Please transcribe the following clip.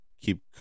keep